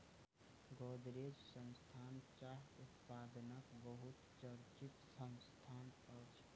गोदरेज संस्थान चाह उत्पादनक बहुत चर्चित संस्थान अछि